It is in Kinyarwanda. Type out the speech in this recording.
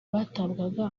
batabwaga